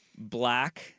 Black